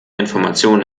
informationen